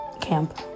camp